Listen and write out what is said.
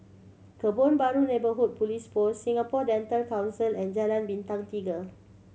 Kebun Baru Neighbourhood Police Post Singapore Dental Council and Jalan Bintang Tiga